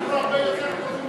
אנחנו הרבה יותר טובים,